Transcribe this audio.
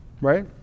Right